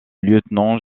lieutenant